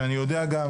ואני יודע גם,